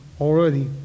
already